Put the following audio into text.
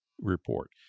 report